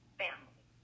family